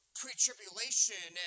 pre-tribulation